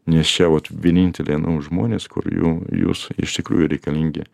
nes čia vot vieninteliai nu žmonės kur ju jūs iš tikrųjų reikalingi